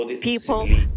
people